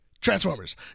Transformers